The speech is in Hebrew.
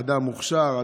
אדם מוכשר,